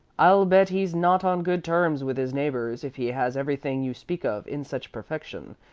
i'll bet he's not on good terms with his neighbors if he has everything you speak of in such perfection.